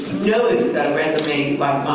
nobody's got a resume